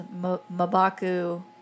Mabaku